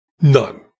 None